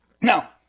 Now